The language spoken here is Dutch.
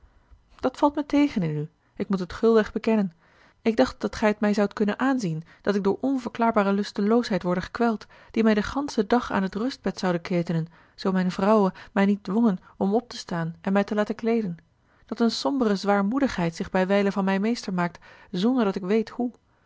dat valt mij tegen in u ik moet het gulweg bekennen ik dacht dat gij het mij zoudt konnen aanzien dat ik door onverklaarbare lusteloosheid worde gekweld die mij den ganschen dag aan dit rustbed zoude ketenen zoo mijne vrouwen mij niet dwongen om op te staan en mij te laten kleeden dat eene sombere zwaarmoedigheid zich bijwijlen van mij meester maakt zonderdat ik weet hoe